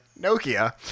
Nokia